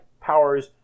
powers